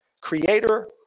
Creator